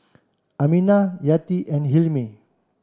Aminah Yati and Hilmi